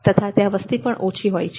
તથા ત્યાં વસ્તી પણ ઓછી હોય છે